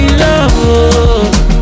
love